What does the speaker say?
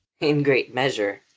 in great measure.